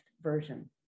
version